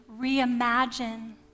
reimagine